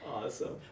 Awesome